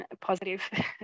positive